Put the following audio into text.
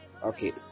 Okay